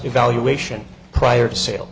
evaluation prior to sa